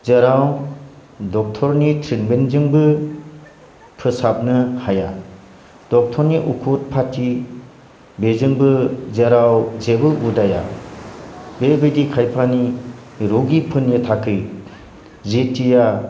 जेराव ड'क्टरनि ट्रेटमेन्टजोंबो फोसाबनो हाया ड'क्टरनि उखुद फाथि बेजोंबो जेराव जेबो उदाया बेबायदि खायफानि रौगिफोरनि थाखै जेथिया